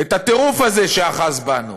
ואת הטירוף הזה שאחז בנו,